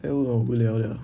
不要问我无聊的